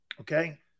Okay